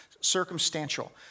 Circumstantial